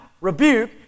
rebuke